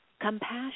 compassion